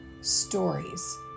stories